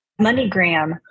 MoneyGram